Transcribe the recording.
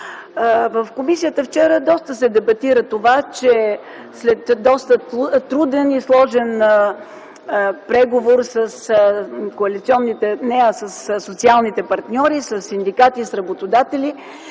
В комисията вчера се дебатира това, че след доста труден и сложен преговор със социалните партньори – синдикати и работодатели,